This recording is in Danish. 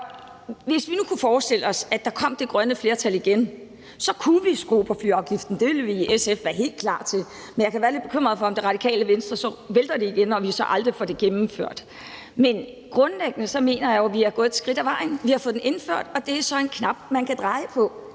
Hvis vi nu kunne forestille os, at det grønne flertal kom igen, kunne vi skrue på flyafgiften. Det ville vi i SF være helt klar til. Men jeg kan være bekymret for, om det Radikale Venstres så vælter det igen, og at vi så aldrig får det gennemført. Men grundlæggende mener jeg, vi er gået et skridt ad vejen. Vi har fået den indført, og det er så en knap, man kan dreje på.